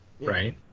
right